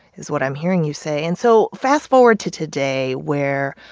is what i'm hearing you say. and so fast-forward to today where